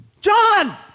John